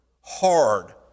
hard